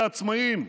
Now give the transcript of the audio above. מענקים לעצמאים,